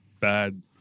bad